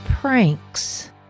pranks